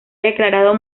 declarado